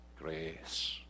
grace